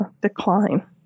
decline